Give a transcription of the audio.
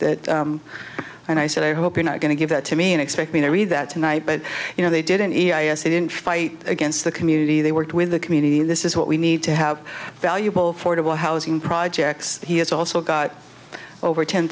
s and i said i hope you're not going to give that to me and expect me to read that tonight but you know they didn't they didn't fight against the community they worked with the community this is what we need to have valuable fordable housing projects he has also got over ten